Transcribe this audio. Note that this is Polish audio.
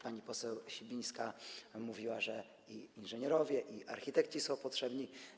Pani poseł Sibińska mówiła, że i inżynierowie, i architekci są potrzebni.